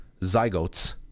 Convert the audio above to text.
zygotes